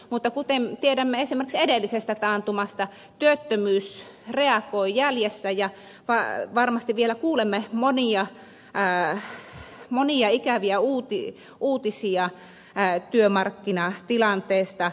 mutta kuten tiedämme esimerkiksi edellisestä taantumasta työttömyys reagoi jäljessä ja varmasti vielä kuulemme monia ikäviä uutisia työmarkkinatilanteesta